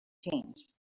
change